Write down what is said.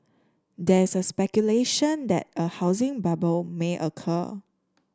there is a speculation that a housing bubble may occur